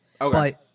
Okay